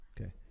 okay